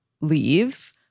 leave